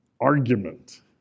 argument